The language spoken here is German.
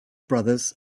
brothers